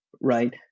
right